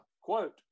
Quote